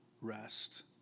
rest